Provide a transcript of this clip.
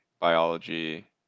biology